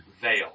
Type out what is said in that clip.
Veil